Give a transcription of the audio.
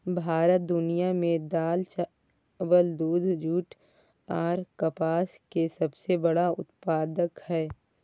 भारत दुनिया में दाल, चावल, दूध, जूट आर कपास के सबसे बड़ा उत्पादक हय